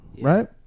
right